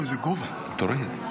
בבקשה,